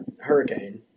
hurricane